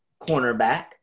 cornerback